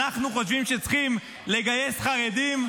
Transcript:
אנחנו חושבים שצריך שצריכים לגייס חרדים.